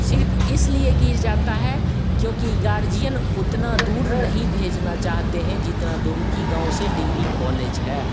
सिर्फ इसलिए गिर जाता है क्योंकि गार्जियन उतना दूर नहीं भेजना चाहते हैं जितना दूर कि गाँव से डिग्री कॉलेज है